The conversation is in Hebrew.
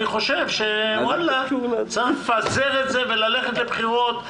אני חושב שצריך לפזר את זה וללכת לבחירות.